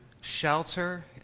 shelter